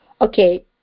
okay